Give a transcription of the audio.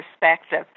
perspective